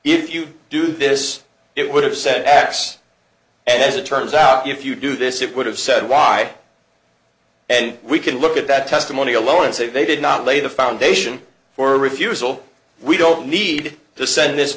if you do this it would have said x as it turns out if you do this it would have said why and we can look at that testimony alone and say they did not lay the foundation for refusal we don't need to send this